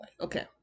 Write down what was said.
Okay